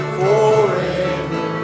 forever